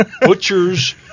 butchers